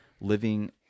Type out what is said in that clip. living